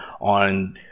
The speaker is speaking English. on